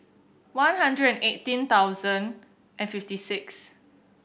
one hundred and eighteen thousand and fifty six